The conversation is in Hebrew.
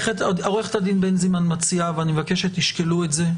עורכת הדין בנזימן מציעה ואני מבקש שתשקלו את זה.